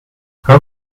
how